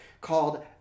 called